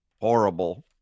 Horrible